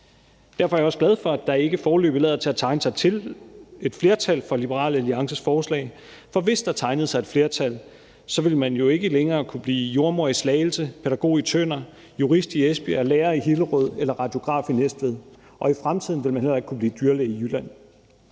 Derfor er jeg også glad for, at der ikke foreløbig lader til at tegne sig et flertal for Liberal Alliances forslag, for hvis der tegnede sig et flertal, ville man jo ikke længere kunne blive jordemoder i Slagelse, pædagog i Tønder, jurist i Esbjerg, lærer i Hillerød eller radiograf i Næstved, og i fremtiden ville man heller ikke kunne blive dyrlæge i Jylland.